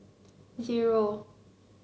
zero